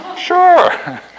Sure